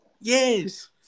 Yes